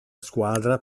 squadra